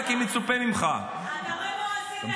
תראה מה עשית,